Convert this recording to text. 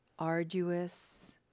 arduous